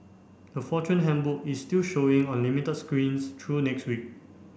the Fortune Handbook is still showing on limited screens through next week